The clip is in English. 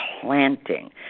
planting